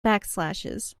backslashes